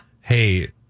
hey